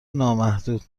نامحدود